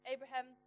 Abraham